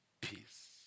peace